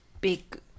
big